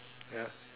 ya